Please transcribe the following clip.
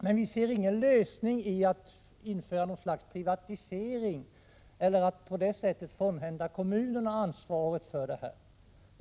Men vi ser ingen lösning i att genomföra något slags privatisering och på det sättet frånhända kommunerna ansvaret för sotningen.